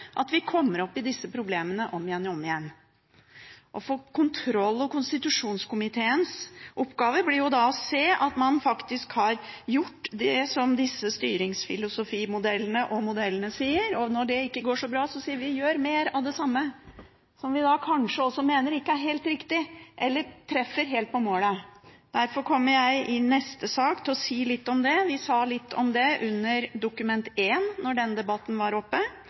om igjen. Kontroll- og konstitusjonskomiteens oppgave blir å se at man faktisk har gjort det som disse styringsfilosofimodellene og modellene sier. Når det ikke går så bra, sier vi: Gjør mer av det samme, som vi kanskje også mener ikke er helt riktig eller treffer helt på målet. Derfor kommer jeg i neste sak til å si litt om det. Vi sa litt om det under behandlingen av Dokument 1, da den debatten var oppe